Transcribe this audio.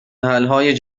حلهای